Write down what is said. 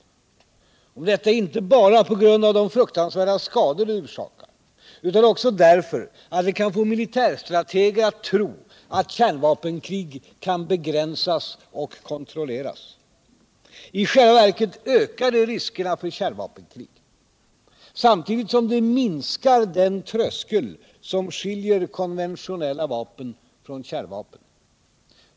Och detta inte bara på grund av de fruktansvärda skador det orsakar utan också därför att det kan få militärstrateger att tro att kärvapenkrig kan begränsas och kontrolleras. I själva verket ökar det riskerna för kärnvapenkrig, samtidigt som det minskar den tröskel som skiljer konventionella vapen från kärnvapen.